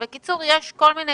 בקיצור, יש כל מיני